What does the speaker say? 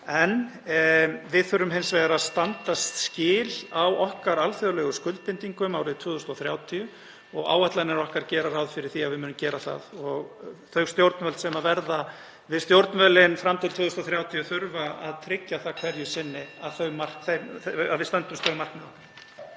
En við þurfum hins vegar (Forseti hringir.) að standa skil á okkar alþjóðlegu skuldbindingum árið 2030 og áætlanir okkar gera ráð fyrir því að við munum gera það. Þau stjórnvöld sem verða við stjórnvölinn fram til 2030 þurfa að tryggja það hverju sinni að við stöndumst þau markmið.